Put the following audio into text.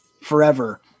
forever